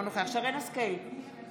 אינו נוכח שרן מרים השכל,